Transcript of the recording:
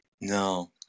no